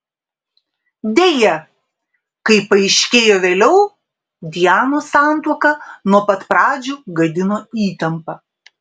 deja kaip paaiškėjo vėliau dianos santuoką nuo pat pradžių gadino įtampa